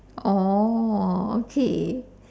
oh okay